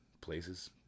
places